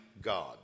God